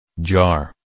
jar